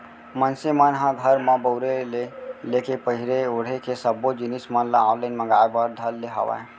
मनसे मन ह घर म बउरे ले लेके पहिरे ओड़हे के सब्बो जिनिस मन ल ऑनलाइन मांगए बर धर ले हावय